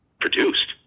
produced